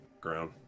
ground